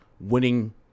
winning